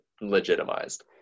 legitimized